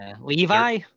Levi